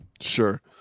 Sure